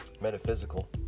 metaphysical